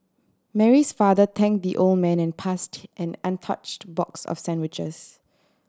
Mary's father thank the old man and passed him an untouched box of sandwiches